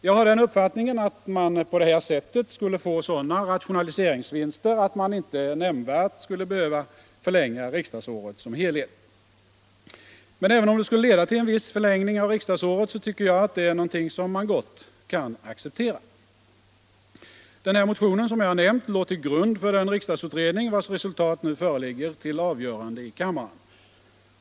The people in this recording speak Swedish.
Jag har den uppfattningen att det på det här sättet skulle bli sådana rationaliseringsvinster att riksdagsåret som helhet inte skulle behöva förlängas nämnvärt. Men även om det skulle leda till en viss förlängning av riksdagsåret tycker jag att det är något som gott kunde accepteras. Den motion jag nämnde låg till grund för den riksdagsutredning vars resultat vi nu skall ta ställning till i kammaren.